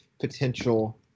potential